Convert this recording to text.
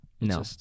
No